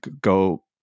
go